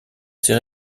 ses